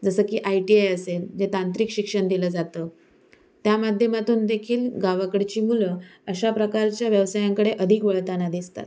जसं की I T I असेल जे तांत्रिक शिक्षण दिलं जातं त्या माध्यमातून देखील गावाकडची मुलं अशा प्रकारच्या व्यवसायांकडे अधिक वळताना दिसतात